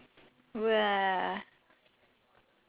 okay so balance out to be one K